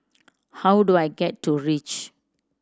how do I get to Reach